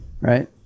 right